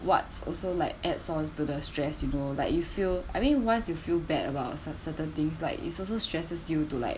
what's also like add source to the stress you know like you feel I mean once you feel bad about cer~ certain things like it's also stresses you to like